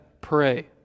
pray